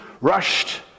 rushed